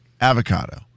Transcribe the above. Avocado